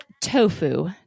tofu